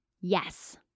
yes